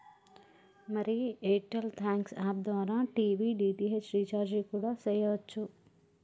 మరి Airtel thanks app ద్వారా TV DTH recharge కూడా సెయ్యవచ్చు